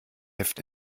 heft